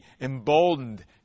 emboldened